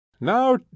Now